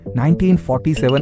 1947